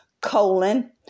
colon